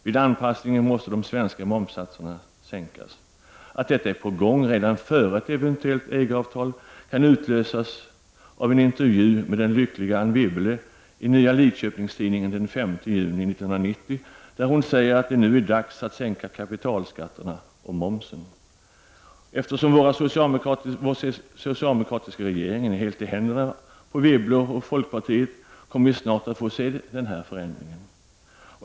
Vid anpassning måste de svenska momssatserna sänkas. Att detta är på gång redan före ett eventuellt EG-avtal kan utläsas av en intervju med den lyckliga Anne Wibble i Nya Lidköpingstidningen den 5 juni 1990, där hon säger att det nu är dags att sänka kapitalskatterna och momsen. Eftersom vår socialdemokratiska regering är helt i händerna på Wibble och folkpartiet kommer vi snart att få se denna förändring.